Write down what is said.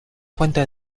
fuente